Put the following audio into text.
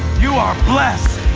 you are blessed!